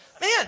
Man